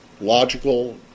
logical